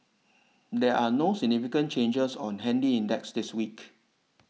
there are no significant changes on handy index this week